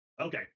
Okay